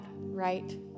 right